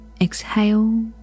exhale